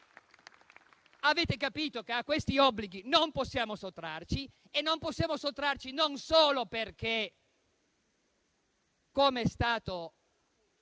avete capito che a questi obblighi non possiamo sottrarci e non possiamo farlo non solo perché - come è stato